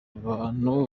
bantu